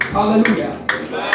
Hallelujah